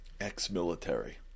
Ex-military